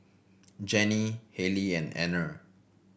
Jennie Hallie and Anner